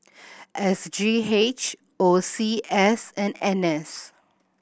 S G H O C S and N S